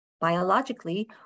Biologically